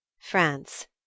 France